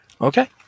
Okay